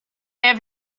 have